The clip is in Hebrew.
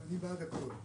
אני בעד הכול.